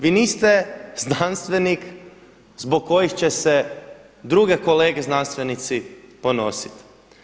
Vi niste znanstvenik zbog kojih će se druge kolege znanstvenici ponositi.